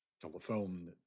telephone